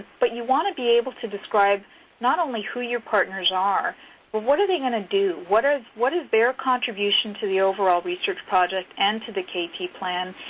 but you want to be able to describe not only who your partners are, but what are they going to do? what is what is their contribution to the overall research project and to the kt plan?